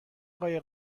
قایق